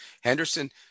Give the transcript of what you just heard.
Henderson